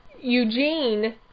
Eugene